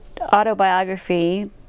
autobiography